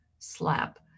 slap